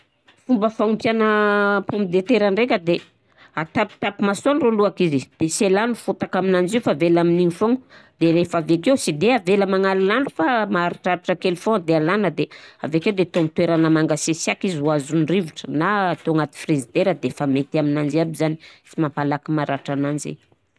Fomba fagnompiagna pomme de terre ndraika de atapitapy masoandro alôhaka izy de sy elagna fôtaka aminanjy io fa avela amnio foana de rehefa avekeo sy de avela magnalinandro fa maharitraritra kely fô de alàna d avake atao ami toerana mangasiasiaka izy ho azon'ny rivotro na atao agnaty frizidera defa mety aminanjy aby zany, tsy mampalaky maratra ananjy.